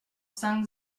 cinq